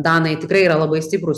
danai tikrai yra labai stiprūs